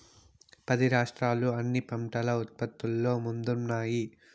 పది రాష్ట్రాలు అన్ని పంటల ఉత్పత్తిలో ముందున్నాయి